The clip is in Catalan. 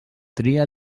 tria